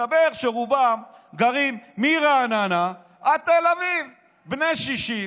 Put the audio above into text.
מסתבר שרובם גרים מרעננה עד תל אביב, בני 60,